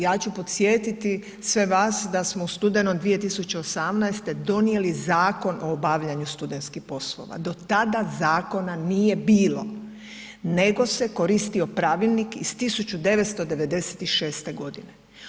Ja ću podsjetiti sve vas da smo u studenom 2018. donijeli Zakon o obavljanju studentskih poslova, do tada zakona nije bilo nego se koristio pravilnik iz 1996. godine.